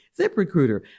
ZipRecruiter